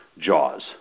Jaws